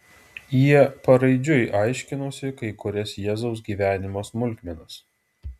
jie paraidžiui aiškinosi kai kurias jėzaus gyvenimo smulkmenas